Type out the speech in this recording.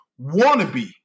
wannabe